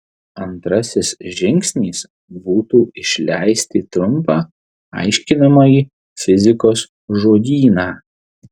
antrasis žingsnis būtų išleisti trumpą aiškinamąjį fizikos žodyną